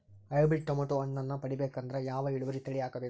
Hybrid tomato ಹಣ್ಣನ್ನ ಪಡಿಬೇಕಂದರ ಯಾವ ಇಳುವರಿ ತಳಿ ಹಾಕಬೇಕು?